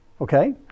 Okay